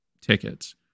tickets